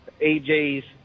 AJ's